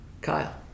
Kyle